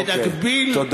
תודה.